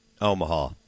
Omaha